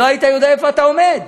לא היית יודע איפה אתה עומד.